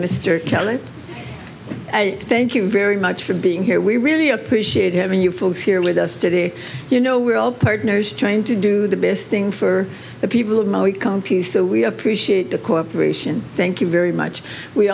mr kelly thank you very much for being here we really appreciate having you folks here with us today you know we're all partners trying to do the best thing for the people of the county so we appreciate the cooperation thank you very much we